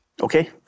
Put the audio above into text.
Okay